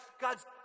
God's